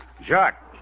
Jack